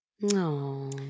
no